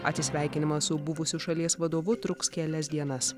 atsisveikinimas su buvusiu šalies vadovu truks kelias dienas